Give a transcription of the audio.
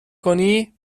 کنی